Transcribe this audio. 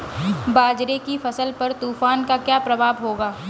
बाजरे की फसल पर तूफान का क्या प्रभाव होगा?